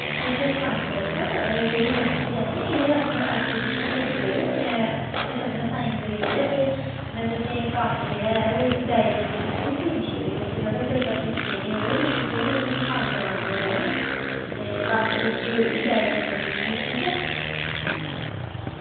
तुस इक्क करेओ ना जेह्की एह् वंशिका ना एह्दे हत्थ एप्लीकेशन भेजी ओड़ेओ में उस उप्पर साईन करी ओड़ेओ में तुसेंगी कम्म जेह्ड़ा ऐ ओह् डायरी उप्पर लिखियै भोजी ओड़ेओ कि मतलब बच्चा कम्म करदा रवै ओह् पिच्छें निं होई जाए एह् कम्म भेजी ओड़गी एह् डायरी उप्पर लिखियै ठीक ऐ